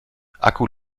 akku